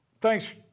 thanks